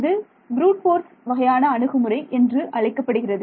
இது brute force வகையான அணுகுமுறை என்று அழைக்கப்படுகின்றது